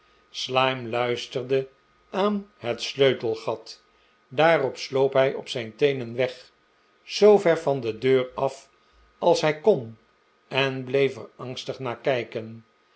slyme luisterde aan net sleutelgat daarop sloop hij op zijn teenen weg zoover yan de deur af als hij kon en bleef er angstig naar kijken